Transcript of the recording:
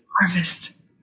harvest